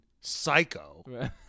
psycho